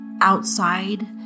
outside